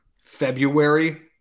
February